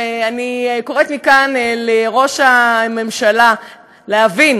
אני קוראת מכאן לראש הממשלה להבין